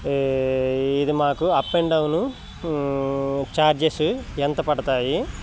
ఇది మాకు up and down charges ఎంత పడతాయి